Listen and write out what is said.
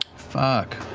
fuck.